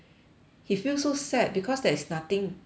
you feel so sad because there is nothing to